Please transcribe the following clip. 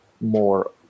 more